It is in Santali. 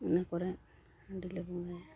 ᱚᱱᱟ ᱠᱚᱨᱮ ᱦᱟᱺᱰᱤ ᱞᱮ ᱵᱚᱸᱜᱟᱭᱟ